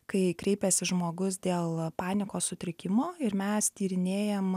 kai kreipiasi žmogus dėl panikos sutrikimo ir mes tyrinėjam